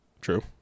True